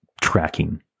tracking